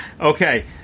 Okay